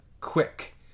quick